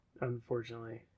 Unfortunately